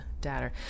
data